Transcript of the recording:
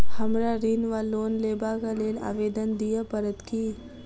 हमरा ऋण वा लोन लेबाक लेल आवेदन दिय पड़त की?